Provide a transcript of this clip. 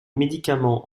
médicaments